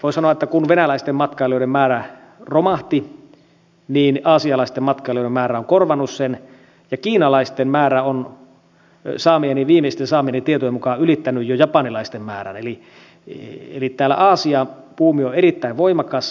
voi sanoa että kun venäläisten matkailijoiden määrä romahti niin aasialaisten matkailijoiden määrä on korvannut sen ja kiinalaisten määrä on viimeisten saamieni tietojen mukaan ylittänyt jo japanilaisten määrän eli tämä aasia buumi on erittäin voimakas